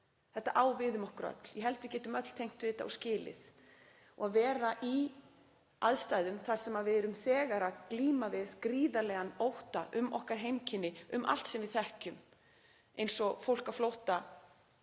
Þetta á við um okkur öll. Ég held að við getum öll tengt við þetta og skilið. Ef við erum í aðstæðum þar sem við glímum þegar við gríðarlegan ótta um okkar heimkynni, um allt sem við þekkjum, eins og fólk á flótta